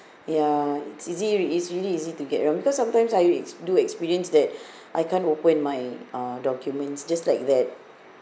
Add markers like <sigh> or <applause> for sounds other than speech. ya it's easy it's really easy to get around because sometimes I do experience that <breath> I can't open my uh documents just like that